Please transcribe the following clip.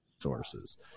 sources